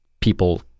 people